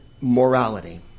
morality